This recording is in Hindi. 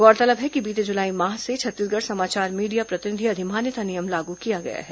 गौरतलब है कि बीते जुलाई माह से छत्तीसगढ़ समाचार मीडिया प्रतिनिधि अधिमान्यता नियम लागू किया गया है